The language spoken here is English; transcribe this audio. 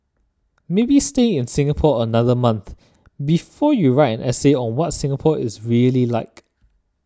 maybe stay in Singapore another month before you write an essay on what's Singapore is really like